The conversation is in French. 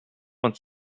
vingt